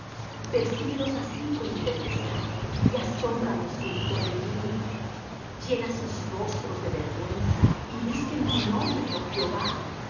persíguelos así con tu tempestad y asómbralos con tu torbellino llena sus rostros de vergüenza y busquen tu nombre oh jehová